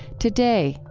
today,